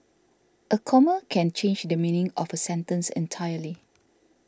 a comma can change the meaning of a sentence entirely